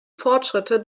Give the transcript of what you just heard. fortschritte